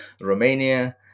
Romania